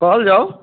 कहल जाउ